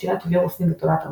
שתילת וירוסים ותולעת המחשבים.